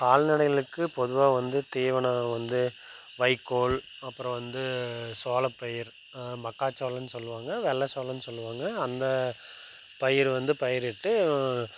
கால்நடைகளுக்கு பொதுவாக வந்து தீவனம் வந்து வைக்கோல் அப்புறம் வந்து சோளப்பயிர் மக்காச்சோளன்னு சொல்லுவாங்க வெள்ளை சோளன்னு சொல்லுவாங்க அந்த பயிர் வந்து பயிரிட்டு